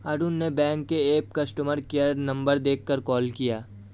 अरुण ने बैंक के app customer care number देखकर कॉल किया